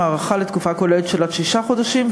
הארכה לתקופה כוללת של עד שישה חודשים,